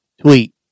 tweet